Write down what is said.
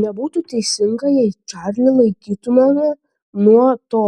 nebūtų teisinga jei čarlį laikytumėme nuo to